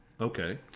Okay